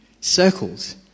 circles